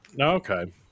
Okay